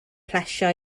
plesio